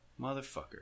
motherfucker